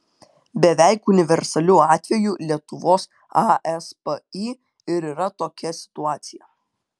beveik universaliu atveju lietuvos aspį ir yra tokia situacija